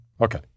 Okay